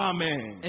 Amen